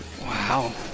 Wow